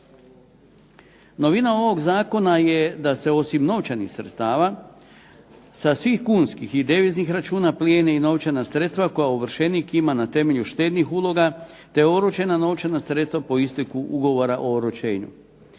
Novina ovog Zakona je da se osim novčanih sredstava sa svih kunskih i deviznih računa plijene novčana sredstva koja ovršenik ima na temelju štednih uloga, te oročena novčana sredstva po isteku ugovora o oročenju.